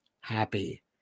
happy